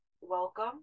welcome